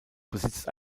besitzt